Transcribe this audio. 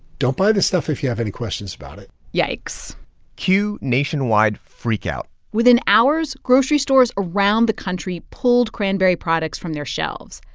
don't buy this stuff if you have any questions about it yikes cue nationwide freakout within hours, grocery stores around the country pulled cranberry products from their shelves.